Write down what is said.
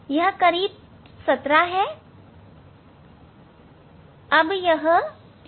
यह करीब 17 है अब यह 0 है